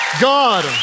God